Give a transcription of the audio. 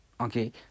okay